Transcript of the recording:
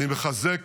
אני מחזק